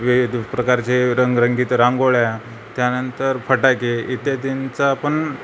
विविध प्रकारचे रंगरंगीत रांगोळ्या त्यानंतर फटाके इत्यादींचापण